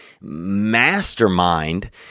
mastermind